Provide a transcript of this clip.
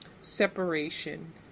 separation